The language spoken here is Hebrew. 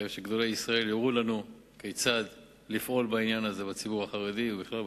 אחרי שגדולי ישראל יורו לנו כיצד לפעול בעניין הזה בציבור החרדי,